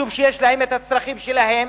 משום שיש להם הצרכים שלהם.